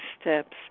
steps